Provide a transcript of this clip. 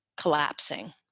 collapsing